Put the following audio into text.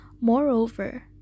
Moreover